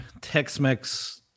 Tex-Mex